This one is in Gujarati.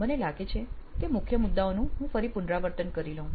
મને લાગે છે મુખ્ય મુદ્દાઓનું હું ફરી પુનરાવર્તન કરી લઉં